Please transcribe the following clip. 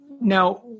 now